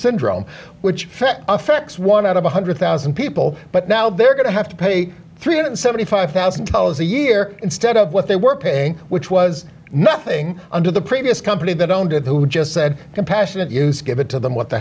syndrome which affects one out of one hundred thousand people but now they're going to have to pay three hundred seventy five thousand dollars a year instead of what they were paying which was nothing under the previous company that owned it who just said compassionate use give it to them what the